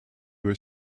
was